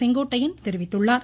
செங்கோட்டையன் தெரிவித்துள்ளார்